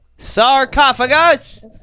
Sarcophagus